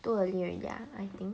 too early already ah I think